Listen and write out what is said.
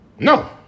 No